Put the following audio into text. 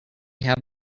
have